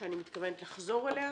שאני מתכוונת לחזור אליה,